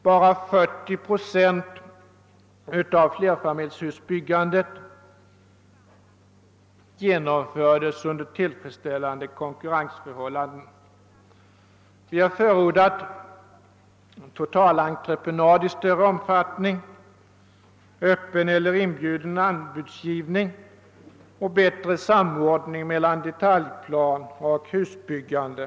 Bara 40 procent av flerfamiljshusbyggandet genomfördes under tillfredsställande konkurrensförhållanden. Vi har förordat totalentreprenad i större omfattning, öppen eller inbjuden anbudsgivning och bättre samordning mellan detaljplan och husbyggande.